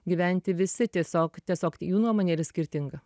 gyventi visi tiesiog tiesiog jų nuomonė yra skirtinga